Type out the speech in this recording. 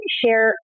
share